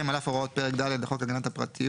(2) על אף הוראות פרק ד' לחוק הגנת הפרטיות,